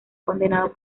condenado